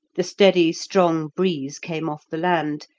the steady, strong breeze came off the land,